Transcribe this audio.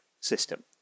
system